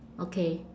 okay